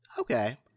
Okay